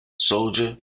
Soldier